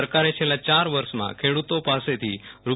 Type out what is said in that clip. સરકારે છેલ્લા ચાર વર્ષમાં ખેડૂતો પાસેથી રૂ